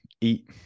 eat